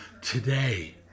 today